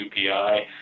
UPI